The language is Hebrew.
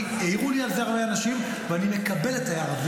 העירו לי על זה הרבה אנשים ואני מקבל את ההערה,